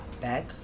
back